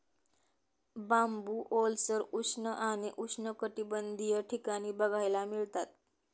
बांबू ओलसर, उष्ण आणि उष्णकटिबंधीय ठिकाणी बघायला मिळतात